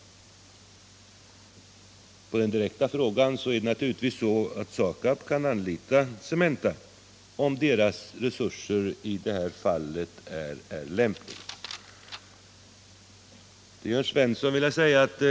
Svaret på den direkta frågan är att SAKAB naturligtvis kan anlita Cementa, om dess resurser i det här fallet är lämpliga. Till Jörn Svensson vill jag säga att